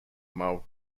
mild